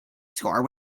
score